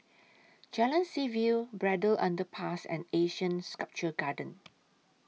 Jalan Seaview Braddell Underpass and Asean Sculpture Garden